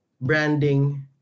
branding